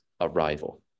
arrival